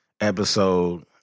episode